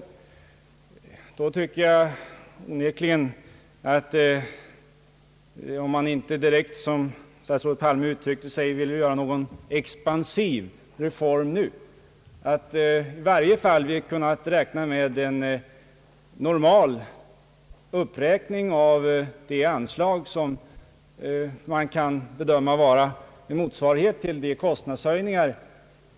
I så fall tycker jag emellertid att även om man inte direkt, som statsrådet Palme uttryckte sig, ville göra någon expansiv reform nu, borde man i varje fall kunnat göra en normal uppräkning av anslaget som får anses vara en motsvarighet till de kostnadshöjningar